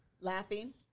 Laughing